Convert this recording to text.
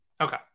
Okay